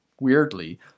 weirdly